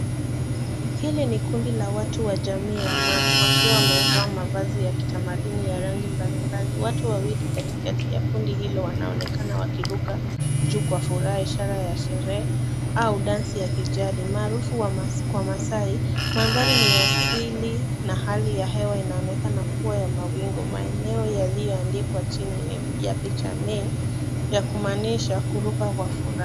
Hili ni kundi la watu wa jamii ya Maa wakiwa wamevaa mavazi ya kitamaduni ya rangi mbalimbali. Watu wawili katikati ya kundi hilo wanaonekana wakiruka juu kwa furaha ishara ya sherehe au dansi ya kijadi maarufu kwa Maasai. Mandhari ni asili na hali ya hewa inaonekana kuwa ya mawingu. Maeneo yaliyoandikwa chini ya picha ni ya kumaanisha kuruka kwa furaha.